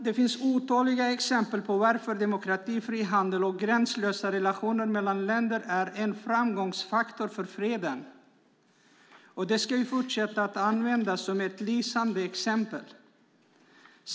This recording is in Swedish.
Det finns otaliga exempel på varför demokrati, frihandel och gränslösa relationer mellan länder är en framgångsfaktor för freden. Detta ska vi fortsätta att använda som ett lysande exempel.